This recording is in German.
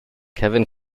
kevin